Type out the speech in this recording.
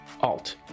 Alt